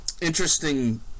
interesting